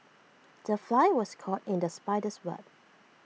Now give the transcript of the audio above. the fly was caught in the spider's web